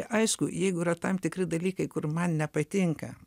aišku jeigu yra tam tikri dalykai kur man nepatinka